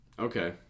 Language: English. Okay